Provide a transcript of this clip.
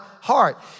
heart